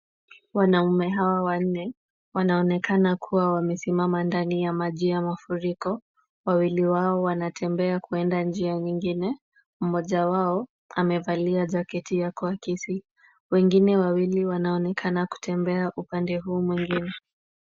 Wanaume hawa wanne, wanaonekana kuwa wamesimama ndani ya maji ya mafuriko. Wawili wao wanatembea kwenda njia nyingine, mmoja wao amevalia jaketi ya kuakisi. Wengine wawili wanaonekana kutembea upande huu mwingine.